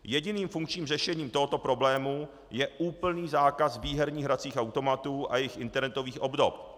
Jediným funkčním řešením tohoto problému je úplný zákaz výherních hracích automatů a jejich internetových obdob.